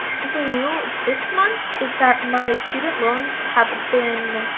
something new this month is that my student loans have been